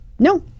No